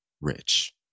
Rich